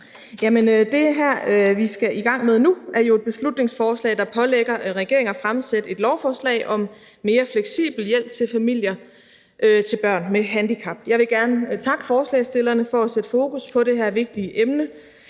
Det, vi skal i gang med nu, er et beslutningsforslag, der pålægger regeringen at fremsætte et lovforslag om mere fleksibel hjælp til familier med børn med handicap. Jeg vil gerne takke forslagsstillerne for at sætte fokus på det her vigtige emne.